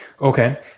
Okay